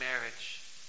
marriage